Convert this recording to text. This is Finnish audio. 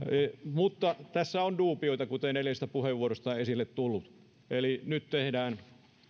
mutta tässä on duubioita kuten edellisestä puheenvuorosta on esille tullut nyt tehdään